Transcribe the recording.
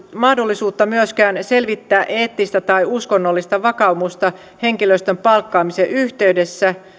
mahdollisuutta myöskään selvittää eettistä tai uskonnollista vakaumusta henkilöstön palkkaamisen yhteydessä